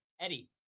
Eddie